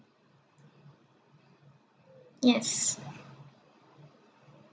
yes